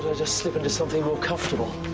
just slip into something more comfortable.